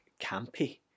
campy